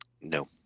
No